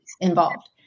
involved